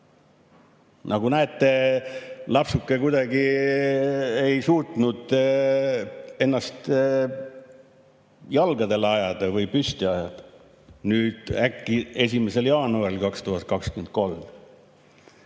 Nagu näete, lapsuke kuidagi ei suutnud ennast jalgadele või püsti ajada. Nüüd äkki 1. jaanuaril 2023